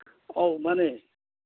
ꯑꯧ ꯃꯥꯅꯦ